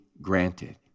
granted